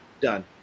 done